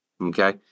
Okay